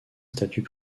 statut